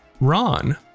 Ron